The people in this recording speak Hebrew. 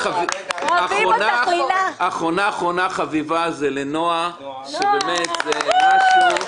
אחרונות חביבות לילך ונועה שאין כמוהן.